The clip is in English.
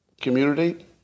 community